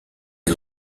est